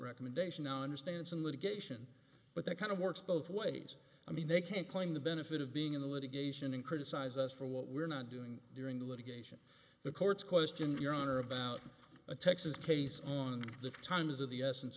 recommendation on his stance on litigation but that kind of works both ways i mean they can claim the benefit of being in litigation and criticize us for what we're not doing during the litigation the courts questioned your honor about a texas case on the times of the essence